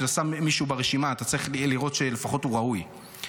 כשאתה שם מישהו ברשימה אתה צריך לראות שהוא לפחות ראוי,